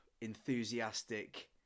enthusiastic